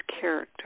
character